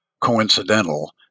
coincidental